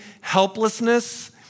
helplessness